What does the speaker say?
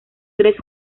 tres